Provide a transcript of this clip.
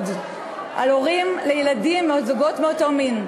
על הורים לילדים שהם זוגות מאותו המין.